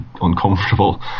uncomfortable